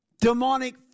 demonic